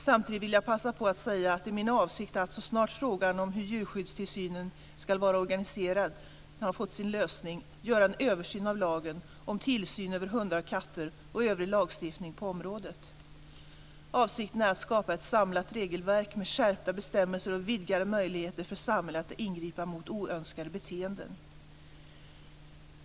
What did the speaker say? Samtidigt vill jag passa på att säga att det är min avsikt att, så snart frågan om hur djurskyddstillsynen ska vara organiserad fått sin lösning, göra en översyn av lagen om tillsyn över hundar och katter och övrig lagstiftning på området. Avsikten är att skapa ett samlat regelverk med skärpta bestämmelser och vidgade möjligheter för samhället att ingripa mot oönskade beteenden.